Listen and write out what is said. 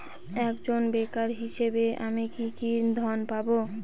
একজন বেকার হিসেবে আমি কি কি ঋণ পাব?